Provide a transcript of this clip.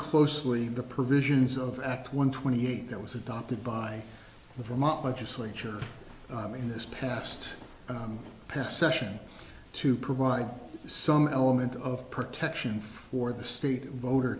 closely the provisions of act one twenty eight that was adopted by the vermont legislature in this past past session to provide some element of protection for the state voter